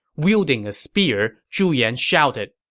wielding a spear, zhu yan shouted,